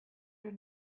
your